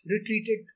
retreated